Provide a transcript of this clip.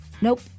Nope